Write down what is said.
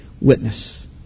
Witness